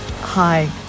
Hi